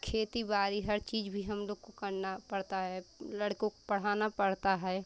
खेती बाड़ी हर चीज़ भी हम लोग को भी करना पड़ता है लड़कों को पढ़ाना पड़ता है